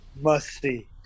must-see